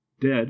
dead